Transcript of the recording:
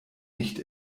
nicht